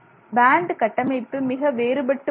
pant கட்டமைப்பு மிக வேறுபட்டு உள்ளது